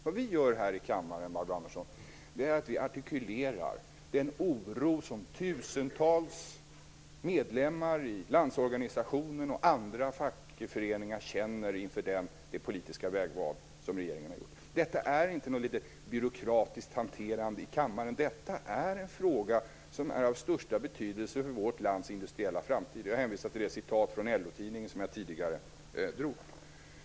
Vad i gör i kammaren, Barbro Andersson, är att vi artikulerar den oro som tusentals medlemmar i Landsorganisationen och i andra fackföreningar känner inför det politiska vägval som regeringen har gjort. Detta är inte något byråkratiskt hanterande i kammaren. Detta är en fråga som är av största betydelse för vårt lands industriella framtid. Jag hänvisar till det referat ur LO-tidningen som jag tidigare gjorde.